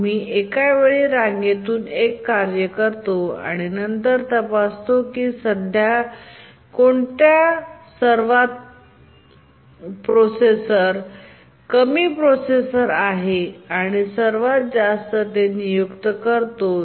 आम्ही एका वेळी रांगेतून एक कार्य करतो आणि नंतर तपासतो की सध्या कोणता सर्वात प्रोसेसर सर्वात कमी प्रोसेसर आहे आणि आम्ही त्यास ते नियुक्त करतो